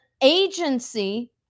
agency